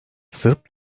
sırp